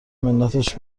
منتش